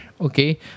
okay